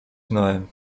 znałem